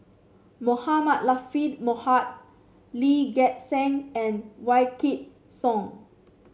Mohamed Latiff Mohamed Lee Gek Seng and Wykidd Song